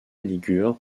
ligure